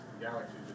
galaxies